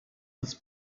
this